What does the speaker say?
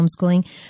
homeschooling